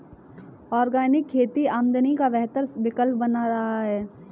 organic खेती आमदनी का बेहतर विकल्प बन रहा है